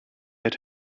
had